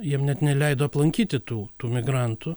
jiem net neleido aplankyti tų tų migrantų